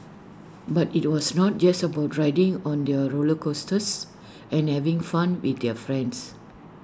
but IT was not just about riding on their roller coasters and having fun with their friends